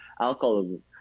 alcoholism